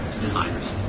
designers